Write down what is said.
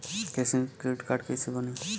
किसान credit card कइसे बानी?